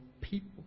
people